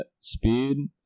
speed